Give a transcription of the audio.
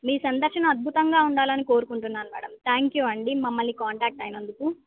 మీ సందర్శన అద్భుతంగా ఉండాలని కోరుకుంటున్నాను మేడం థ్యాంక్ యూ అండి మమ్మల్ని కాంటాక్ట్ అయినందుకు